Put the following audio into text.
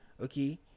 Okay